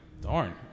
Darn